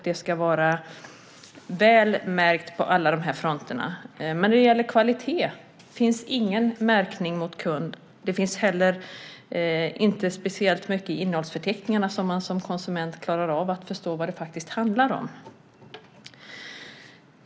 Det ska vara väl märkt på alla de här fronterna. Men när det gäller kvalitet finns det ingen märkning mot kund. Det finns heller inte speciellt mycket i innehållsförteckningarna som man som konsument klarar av att förstå vad det faktiskt handlar om.